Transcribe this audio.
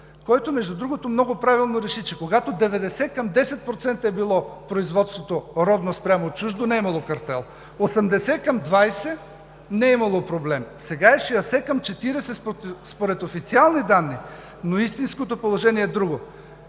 който, между другото, много правилно реши, че когато 90 към 10 процента е било производството – родно спрямо чуждо, не е имало картел, при 80 към 20 – не е имало проблем, сега е 60 към 40 според официални данни, но истинското положение е друго.